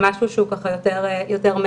משהו שהוא ככה יותר מיינסטרים.